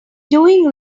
doing